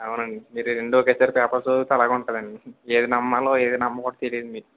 అవునండీ మీరు రెండు ఒకేసారి పేపర్ చదివితే అలాగే ఉంటుదండి ఏది నమ్మాలో ఏది నమ్మకుడదో తెలీదు మీకు